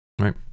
right